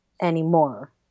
anymore